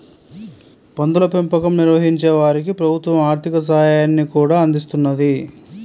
పందుల పెంపకం నిర్వహించే వారికి ప్రభుత్వం ఆర్ధిక సాయాన్ని కూడా అందిస్తున్నది